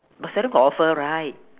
but seldom got offer right